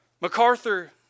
MacArthur